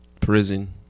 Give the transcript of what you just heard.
prison